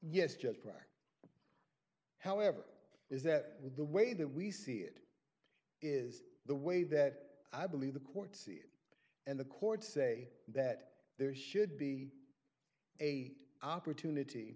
yes just crack however is that the way that we see it is the way that i believe the courts and the courts say that there should be a opportunity